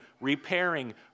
repairing